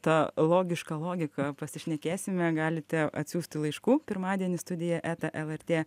tą logišką logiką pasišnekėsime galite atsiųsti laiškų pirmadienį studija eta lrt